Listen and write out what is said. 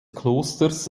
klosters